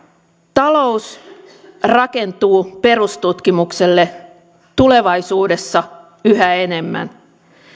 talous rakentuu perustutkimukselle tulevaisuudessa yhä enemmän